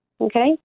Okay